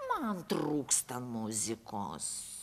man trūksta muzikos